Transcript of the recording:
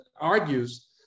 argues